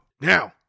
Now